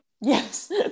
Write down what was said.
Yes